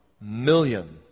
million